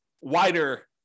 wider